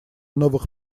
новых